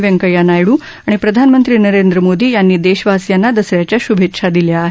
वेंकैया नायड् आणि प्रधानमंत्री नरेंद्र मोदी यांनी देशवासीयांना दसऱ्याचा श्भेच्छा दिल्या आहेत